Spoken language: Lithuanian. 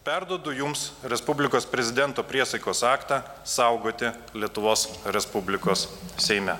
perduodu jums respublikos prezidento priesaikos aktą saugoti lietuvos respublikos seime